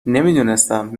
نمیدونستم